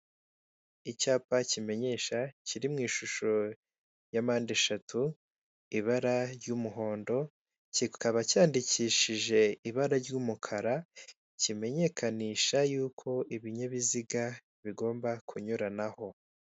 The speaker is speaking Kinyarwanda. Icyapa kimenyesha kiri mu ishusho ya mpande eshatu ibara ry'umuhondo, kikaba cyandikishije ibara ry'umukara kimenyekanisha y'uko ibinyabiziga bigomba kunyuranaho.